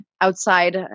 outside